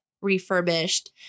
refurbished